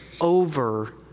over